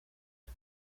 and